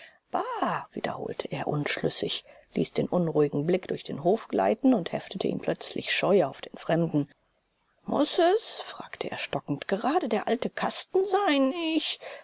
wiederholte er unschlüssig ließ den unruhigen blick durch den hof gleiten und heftete ihn plötzlich scheu auf den fremden muß es fragte er stockend gerade der alte kasten sein ich